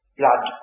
blood